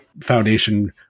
foundation